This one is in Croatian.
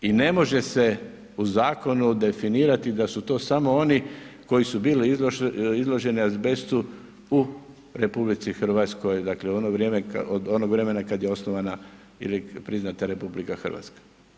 I ne može se u zakonu definirati da su to samo oni koji su bili izloženi azbestu u RH, dakle u ono vrijeme, od onog vremena kada je osnovana i priznata RH.